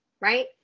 right